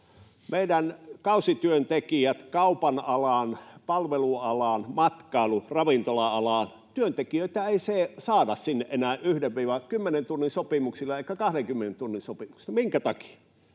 hyvän esimerkin. Kaupan alan, palvelualan, matkailu- ja ravintola-alan kausityöntekijöitä ei saada sinne enää 1—10 tunnin sopimuksilla eikä 20 tunnin sopimuksilla. Minkä takia?